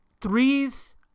threes